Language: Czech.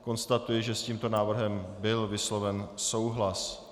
Konstatuji, že s tímto návrhem byl vysloven souhlas.